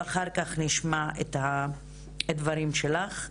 ואחר כך נשמע את הדברים שלך.